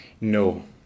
No